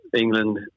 England